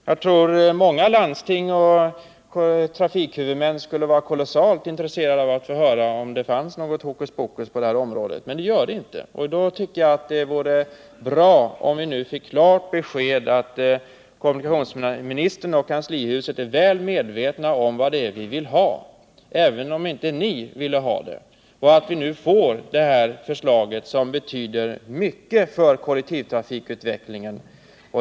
Jag tror att många landsting och andra trafikhuvudmän skulle vara intresserade av att höra om det finns något hokuspokus på det här området. Men det gör det inte, och jag tycker att det vore bra om vi nu fick klara besked om att kommunikationsministern och kanslihuset är väl medvetna om vad det är vi vill ha — även om inte ni vill ha det. Det vore också bra om vi får det begärda förslaget, som skulle betyda mycket för kollektivtrafikutvecklingen.